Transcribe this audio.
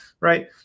right